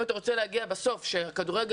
אם אתה רוצה להגיע סוף-סוף למצב שכדורגל